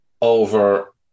over